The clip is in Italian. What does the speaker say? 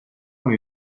con